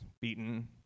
beaten